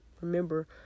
Remember